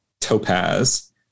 Topaz